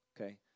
Okay